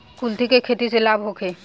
कुलथी के खेती से लाभ होखे?